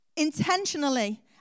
intentionally